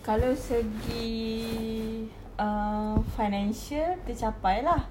kalau segi err financial tercapai lah